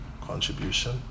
Contribution